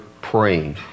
praying